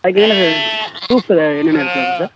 அதுக்கு என்னென்ன sir proof என்னென்ன எடுத்துகிட்டு வரணும் சார்